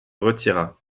retira